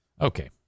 okay